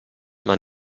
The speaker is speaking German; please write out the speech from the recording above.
man